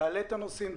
תעלה את הנושאים,